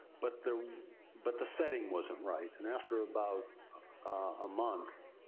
but, the but the setting wasn't right. and after about a month.